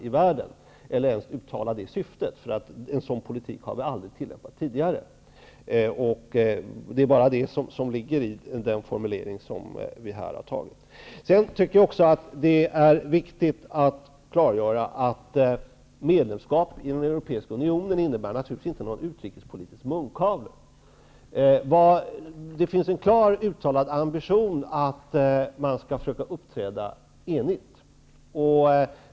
Vi kan inte ens uttala det syftet, eftersom vi aldrig tidigare har tillämpat en sådan politik. Det är detta som ligger i den formulering som utskottet har stannat för. Jag tycker också att det är viktigt att nu klargöra att ett medlemskap i den europeiska unionen naturligtvis inte medför någon utrikespolitisk munkavle. Det finns en klart uttalad ambition att man skall försöka uppträda enigt.